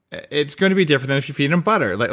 it's going to be different than if you feed them butter. like